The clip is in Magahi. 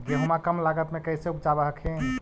गेहुमा कम लागत मे कैसे उपजाब हखिन?